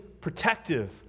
protective